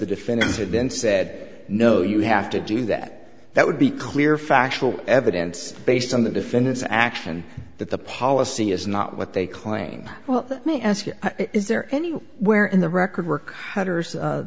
the defense had been said no you have to do that that would be clear factual evidence based on the defendant's action that the policy is not what they claim well let me ask you is there anywhere in the record work